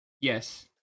Yes